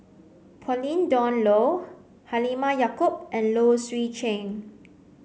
Pauline Dawn Loh Halimah Yacob and Low Swee Chen